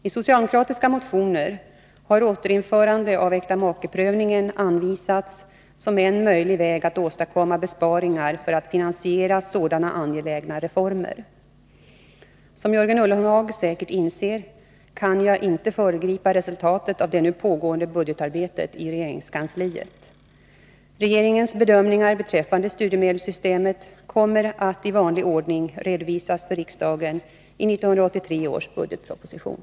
I socialdemokratiska motioner har återinförande av äktamakeprövningen anvisats som en möjlig väg att åstadkomma besparingar för att finansiera sådana angelägna reformer. Som Jörgen Ullenhag säkert inser kan jag inte föregripa resultatet av det nu pågående budgetarbetet i regeringskansliet. Regeringens bedömningar beträffande studiemedelssystemet kommer att i vanlig ordning redovisas för riksdagen i 1983 års budgetproposition.